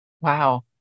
Wow